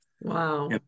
Wow